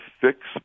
fix